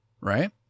right